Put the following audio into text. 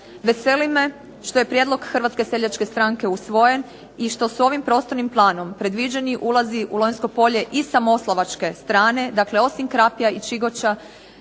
Veseli me što je prijedlog Hrvatske seljačke stranke usvojen i što su ovim prostornim planom predviđeni ulazi u Lonjsko polje i sa moslavačke strane, dakle osim Krapja i Čigoča